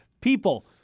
People